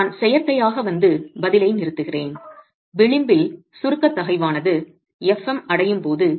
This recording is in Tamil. எனவே நான் செயற்கையாக வந்து பதிலை நிறுத்துகிறேன் விளிம்பில் சுருக்கத் தகைவானது f m அடையும் போது